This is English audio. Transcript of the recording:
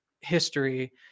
history